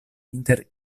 inter